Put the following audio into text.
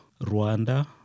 Rwanda